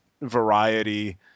variety